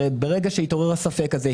הרי ברגע שיתעורר הספק הזה,